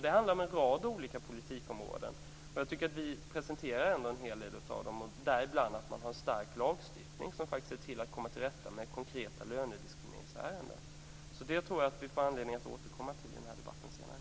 Det handlar om en rad olika politikområden. Jag tycker ändå att vi presenterar en hel del av dem - däribland en stark lagstiftning, som är till för att vi skall komma till rätta med konkreta lönediskrimineringsärenden. Det tror jag att vi får anledning att återkomma till senare i denna debatt.